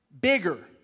bigger